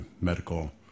medical